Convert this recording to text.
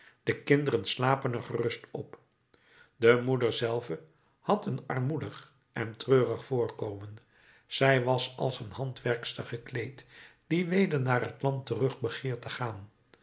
de kinderen slapen er gerust op de moeder zelve had een armoedig en treurig voorkomen zij was als een handwerkster gekleed die weder naar het land terug begeert te gaan